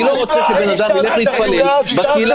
אני לא רוצה שבן אדם ילך להתפלל בקהילה שלו,